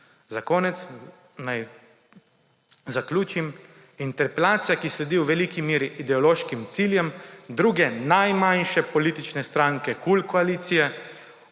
zaključim. Interpelacija, ki sledi v veliki meri ideološkim ciljem druge najmanjše politične stranke KUL koalicije,